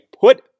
put